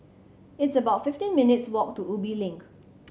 it's about fifteen minutes' walk to Ubi Link